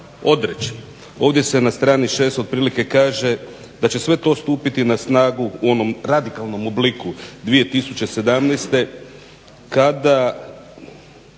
odreći. Ovdje se na strani 6 otprilike kaže da će sve to stupiti na snagu u onom radikalnom obliku 2017., kada